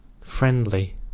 friendly